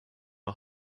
are